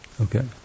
Okay